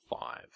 five